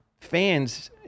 fans